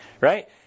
right